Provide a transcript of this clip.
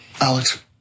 Alex